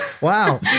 Wow